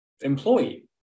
employee